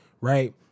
right